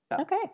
Okay